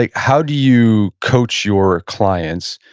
like how do you coach your clients,